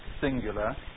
singular